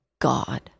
God